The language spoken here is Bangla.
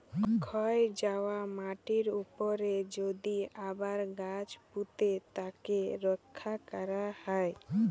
ক্ষয় যায়া মাটির উপরে যদি আবার গাছ পুঁতে তাকে রক্ষা ক্যরা হ্যয়